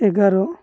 ଏଗାର